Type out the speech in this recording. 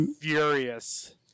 furious